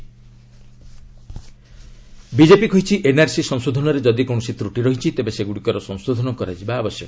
BJP NRC BJP କହିଛି NRC ସଂଶୋଧନରେ ଯଦି କୌଣସି ତ୍ରୁଟି ରହିଛି ତେବେ ସେଗୁଡ଼ିକର ସଂଶୋଧନ କରାଯିବା ଉଚିତ୍